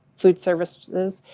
food services.